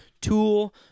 Tool